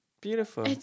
beautiful